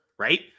right